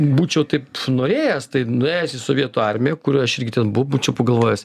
būčiau taip norėjęs tai nuėjęs į sovietų armiją kur aš irgi ten bū būčiau pagalvojęs